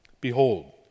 Behold